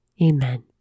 Amen